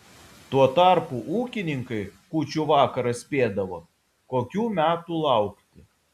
tuo tarpu ūkininkai kūčių vakarą spėdavo kokių metų laukti